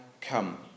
come